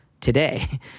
today